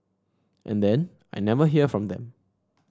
and then I never hear from them